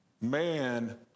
man